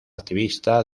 activista